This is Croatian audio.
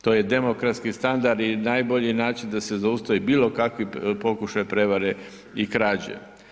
To je demokratski standard i najbolji način da se zaustavi bilo kakvi pokušaj prijevare i krađe.